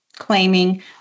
claiming